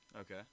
Okay